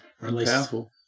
powerful